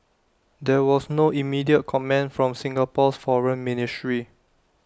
there was no immediate comment from Singapore's foreign ministry